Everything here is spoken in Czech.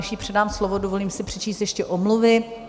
Než jí předám slovo, dovolím si přečíst ještě omluvy.